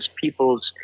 people's